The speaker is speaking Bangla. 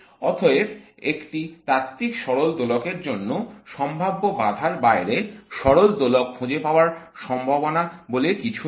অতএব একটি তাত্ত্বিক সরল দোলকের জন্য সম্ভাব্য বাধার বাইরে সরল দোলক খুঁজে পাওয়ার সম্ভাবনা বলে কিছু নেই